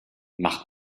macht